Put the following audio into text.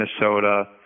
Minnesota